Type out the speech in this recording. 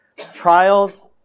trials